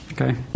Okay